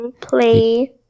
play